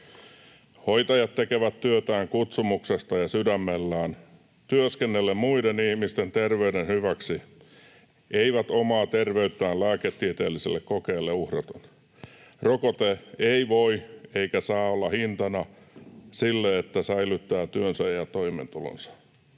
Hoitajat tekevät työtään kutsumuksesta ja sydämellään, työskennellen muiden ihmisten terveyden hyväksi, eivät omaa terveyttään lääketieteellisille kokeille uhraten. Rokote ei voi eikä saa olla hintana sille, että säilyttää työnsä ja toimeentulonsa.”